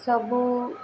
ସବୁ